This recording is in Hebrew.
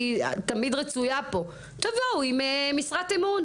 עם משרת אמון,